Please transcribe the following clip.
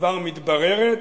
כבר מתבררת,